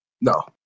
No